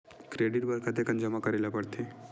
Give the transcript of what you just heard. Credit बर कतेकन जमा करे ल पड़थे?